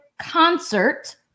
concert